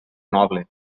noble